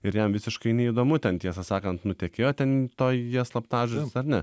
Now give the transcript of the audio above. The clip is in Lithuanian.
ir jam visiškai neįdomu ten tiesą sakant nutekėjo ten toj jo slaptažodžis ar ne